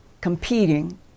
competing